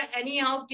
anyhow